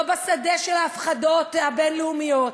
לא בשדה של ההפחדות הבין-לאומיות,